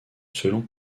selon